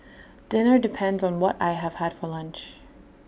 dinner depends on what I have had for lunch